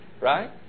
right